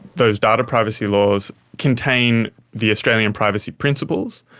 those data privacy laws contain the australian privacy principles,